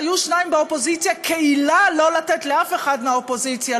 שהיו שניים באופוזיציה כעילה לא לתת לאף אחד מהאופוזיציה,